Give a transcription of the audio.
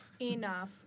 Enough